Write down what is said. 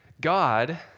God